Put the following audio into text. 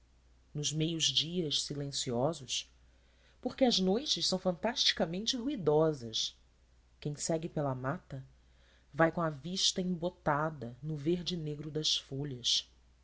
grandeza nos meios dias silenciosos porque as noites são fantasticamente ruidosas quem segue pela mata vai com a vista embotada no verdenegro das folhas